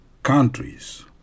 countries